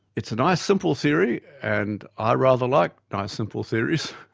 it's a nice, simple theory and i rather like nice simple theories,